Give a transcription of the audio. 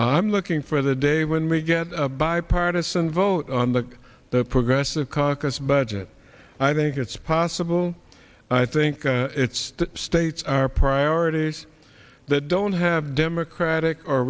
i'm looking for the day when we get a bipartisan vote on the progressive caucus budget i think it's possible i think it's the states our priorities that don't have democratic or